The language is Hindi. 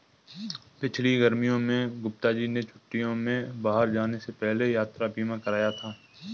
पिछली गर्मियों में गुप्ता जी ने छुट्टियों में बाहर जाने से पहले यात्रा बीमा कराया था